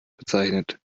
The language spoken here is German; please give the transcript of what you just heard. bezeichnet